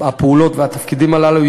הפעולות והתפקידים הללו,